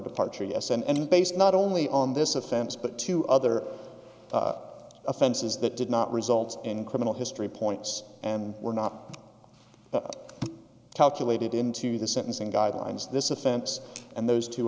departure yes and based not only on this offense but to other offenses that did not result in criminal history points and were not calculated into the sentencing guidelines this offense and those two